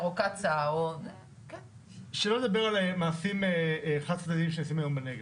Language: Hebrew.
או קצא"א או --- שלא נדבר על המעשים חד צדדיים שעושים היום בנגב.